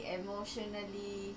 emotionally